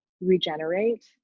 regenerate